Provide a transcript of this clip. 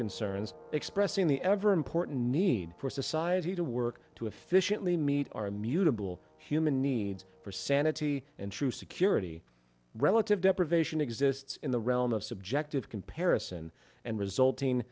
concerns expressing the ever important need for society to work to efficiently meet our immutable human needs for sanity and true security relative deprivation exists in the realm of subjective comparison and resulting